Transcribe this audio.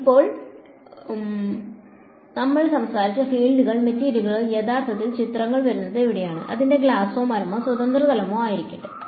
ഇപ്പോൾ നമ്മൾ സംസാരിച്ച ഫീൽഡുകൾ മെറ്റീരിയൽ യഥാർത്ഥത്തിൽ ചിത്രത്തിൽ വരുന്നത് എവിടെയാണ് അതിന്റെ ഗ്ലാസോ മരമോ സ്വതന്ത്ര സ്ഥലമോ ആകട്ടെ